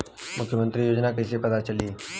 मुख्यमंत्री योजना कइसे पता चली?